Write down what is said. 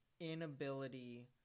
inability